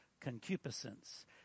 concupiscence